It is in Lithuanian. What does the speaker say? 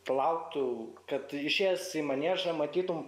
lauktų kad išėjęs į maniežą matytum